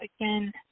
again